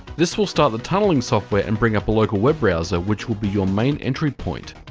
this will start the tunneling software and bring up a local web browser which will be your main entry point.